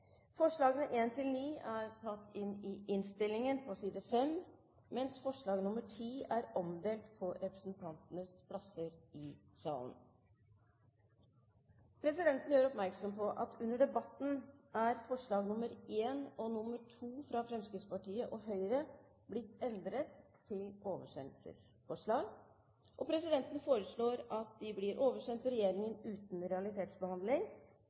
forslagene nr. 4–10, fra Åse Michaelsen på vegne av Fremskrittspartiet Forslagene nr. 1–9 er tatt inn i innstillingen på side 5, mens forslag nr. 10 er omdelt på representantenes plasser i salen. Under debatten er forslagene nr. 1 og 2, fra Fremskrittspartiet og Høyre, blitt omgjort til oversendelsesforslag. Forslag nr. 1 får da følgende ordlyd: «Det henstilles til regjeringen